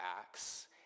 acts